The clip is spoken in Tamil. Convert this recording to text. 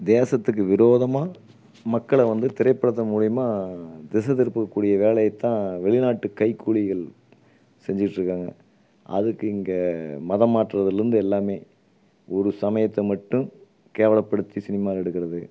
தேசத்துக்கு விரோதமாக மக்களை வந்து திரைப்படத்து மூலிமா திசைத் திருப்பக்கூடிய வேலையைத்தான் வெளிநாட்டு கைக்கூலிகள் செஞ்சிட்டிருக்காங்க அதுக்கு இங்கே மதம் மாற்றுவதிலிருந்து எல்லாமே ஒரு சமயத்தை மட்டும் கேவலப்படுத்தி சினிமானு எடுக்கிறது